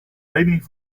lening